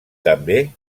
també